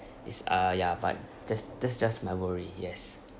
is uh ya but just that's just my worry yes